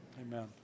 Amen